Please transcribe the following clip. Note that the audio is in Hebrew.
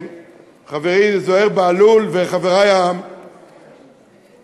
חברי זוהיר בהלול וחברי מהמגזר,